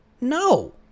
no